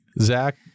Zach